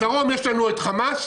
בדרום יש לנו את חמאס,